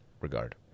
regard